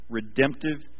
redemptive